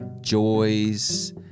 joys